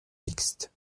mixtes